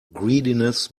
greediness